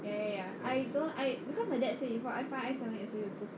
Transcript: ya ya ya I so I cause my dad say before I five I seven 也是有